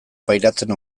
pairatzen